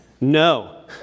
No